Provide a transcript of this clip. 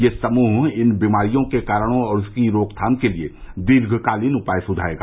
यह समूह इन बीमारियों के कारणों और उनकी रोकथाम के लिए दीर्घकालीन उपाय सुझायेगा